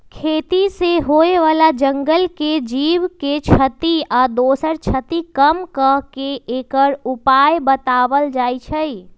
खेती से होय बला जंगल के जीव के क्षति आ दोसर क्षति कम क के एकर उपाय् बतायल जाइ छै